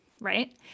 right